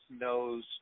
knows